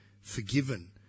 forgiven